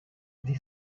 the